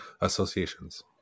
Associations